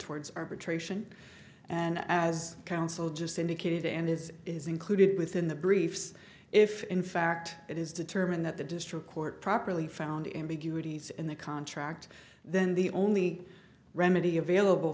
towards arbitration and as counsel just indicated and is is included within the briefs if in fact it is determined that the district court properly found him to get in the contract then the only remedy available